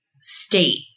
state